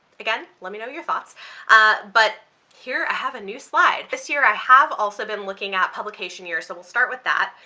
again let me know your thoughts ah but here i have a new slide. this year i have also been looking at publication year so we'll start with that.